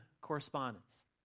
correspondence